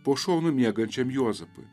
po šonu miegančiam juozapui